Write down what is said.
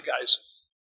guys